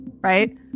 right